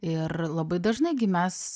ir labai dažnai gi mes